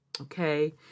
Okay